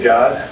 God